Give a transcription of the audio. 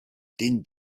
din